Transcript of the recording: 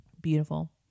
Beautiful